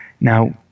Now